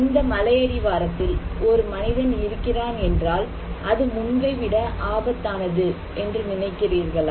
இந்த மலையடிவாரத்தில் ஒரு மனிதன் இருக்கிறான் என்றால் அது முன்பைவிட ஆபத்தானது என்று நினைக்கிறீர்களா